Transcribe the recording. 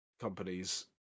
companies